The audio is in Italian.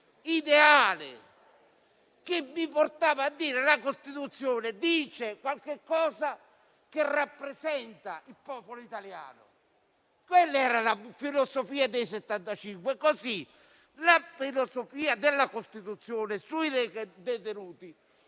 ideale che mi portava a ritenere che la Costituzione dice qualcosa che rappresenta il popolo italiano. Quella era la filosofia della Commissione dei 75. La filosofia della Costituzione sui detenuti